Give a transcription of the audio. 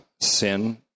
sin